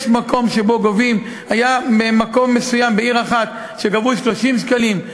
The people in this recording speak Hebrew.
היה מקום מסוים בעיר אחת שגבו 30 שקלים,